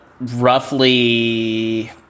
roughly